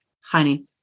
honey